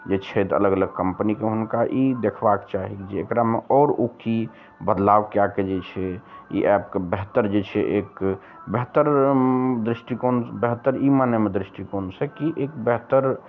जे छथि अलग अलग कम्पनीके हुनका ई देखबाक चाही जे एकरामे आओर ओ की बदलाव कए कऽ जे छै ई एपके बेहतर जे छै एक बेहतर दृष्टिकोण बेहतर ई मानेमे दृष्टिकोण सऽ की एक बेहतर